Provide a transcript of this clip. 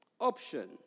option